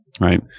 right